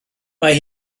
mae